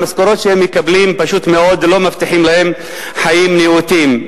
המשכורות שהם מקבלים פשוט מאוד לא מבטיחות להם חיים נאותים.